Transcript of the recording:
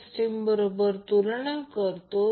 तर ही कल्पना आहे